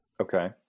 Okay